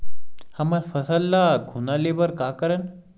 हमर फसल ल घुना ले बर का करन?